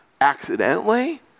accidentally